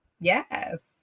yes